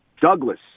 Douglas